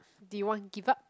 do you want to give up